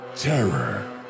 Terror